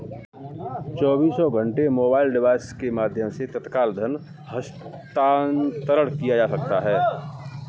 चौबीसों घंटे mobile device के माध्यम से तत्काल धन हस्तांतरण किया जा सकता है